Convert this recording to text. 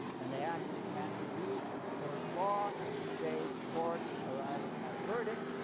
and they actually can be used in a court of law as a stage toward arriving at a verdict.